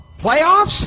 playoffs